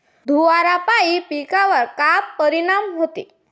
धुवारापाई पिकावर का परीनाम होते?